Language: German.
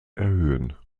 erhöhen